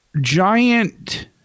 giant